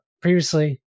previously